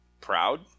proud